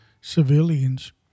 civilians